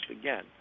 again